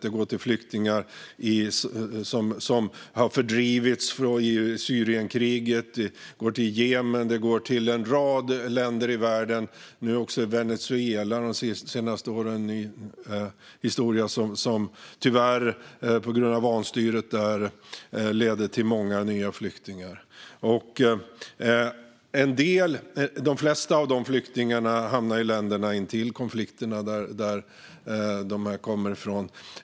Det går till flyktingar som har fördrivits i Syrienkriget, till Jemen och till en rad länder i världen. Det går också till Venezuela, som de senaste åren tyvärr haft en historia av vanstyre som leder till många nya flyktingar. De flesta av dessa flyktingar hamnar i länder intill konflikterna.